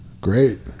Great